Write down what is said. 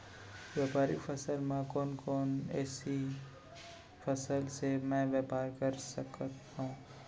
व्यापारिक फसल म कोन कोन एसई फसल से मैं व्यापार कर सकत हो?